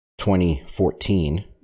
2014